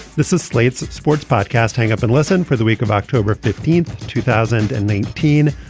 this is slate's sports podcast hang up and listen for the week of october fifteenth two thousand and nineteen.